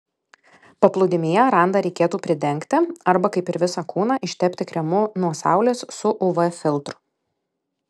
paplūdimyje randą reikėtų pridengti arba kaip ir visą kūną ištepti kremu nuo saulės su uv filtru